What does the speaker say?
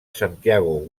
santiago